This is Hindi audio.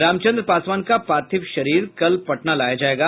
रामचंद्र पासवान का पार्थिव शरीर कल पटना लाया जाएगा